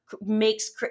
makes